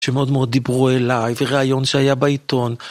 שמאוד מאוד דיברו אליי, ורעיון שהיה בעיתון